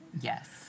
Yes